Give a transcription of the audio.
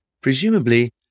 presumably